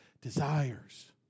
desires